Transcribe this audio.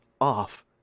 off